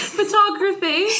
Photography